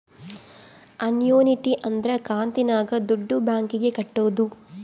annuity ಅಂದ್ರ ಕಂತಿನಾಗ ದುಡ್ಡು ಬ್ಯಾಂಕ್ ಗೆ ಕಟ್ಟೋದು